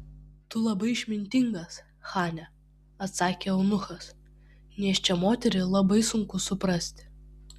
tu labai išmintingas chane atsakė eunuchas nėščią moterį labai sunku suprasti